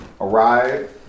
arrive